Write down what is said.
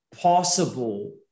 possible